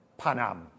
Panam